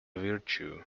virtue